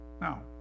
Now